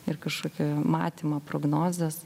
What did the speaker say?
ir kažkokį matymą prognozes